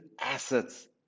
assets